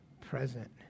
present